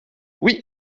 oui